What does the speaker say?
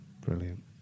Brilliant